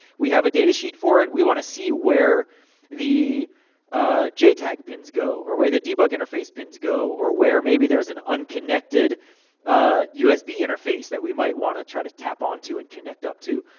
we have a data sheet for it, we wanna see where the ah jtag pins go. or where the debug interface pins go. or where, maybe, there's an unconnected usb interface, that we might wanna try to tap onto, and connect up to.